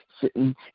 sitting